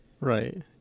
Right